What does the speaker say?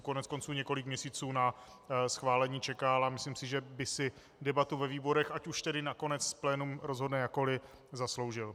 Koneckonců několik měsíců na schválení čekal a myslím si, že by si debatu ve výborech, ať už tedy nakonec plénum rozhodne jakkoli, zasloužil.